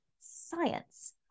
science